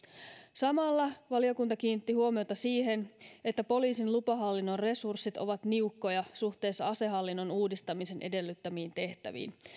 samalla valiokunta kiinnitti huomiota siihen että poliisin lupahallinnon resurssit ovat niukkoja suhteessa asehallinnon uudistamisen edellyttämiin tehtäviin